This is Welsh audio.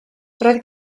roedd